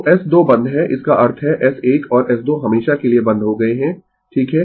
तो S 2 बंद है इसका अर्थ है S1 और S 2 हमेशा के लिए बंद हो गए है ठीक है